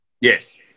Yes